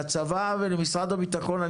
אני אומר לצבא ולמשרד הביטחון: